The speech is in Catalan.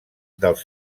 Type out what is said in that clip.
dels